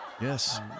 Yes